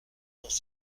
dans